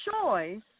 choice